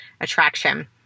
attraction